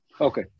Okay